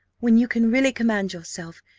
when you can really command yourself,